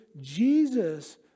Jesus